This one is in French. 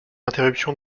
interruption